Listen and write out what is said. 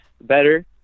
better